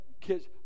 kids